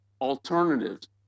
alternatives